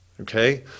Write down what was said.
Okay